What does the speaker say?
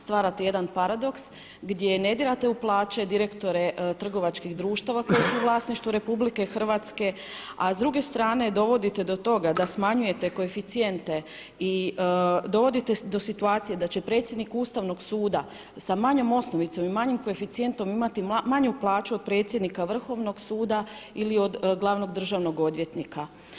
Stvarate jedan paradoks gdje ne dirate u plaće direktora trgovačkih društava koji su u vlasništvu Republike Hrvatske, a s druge strane dovoditi do toga da smanjujete koeficijente i dovodite do situacije da će predsjednik Ustavnog suda sa manjom osnovicom i manjim koeficijentom imati manju plaću od predsjednika Vrhovnog suda ili glavnog državnog odvjetnika.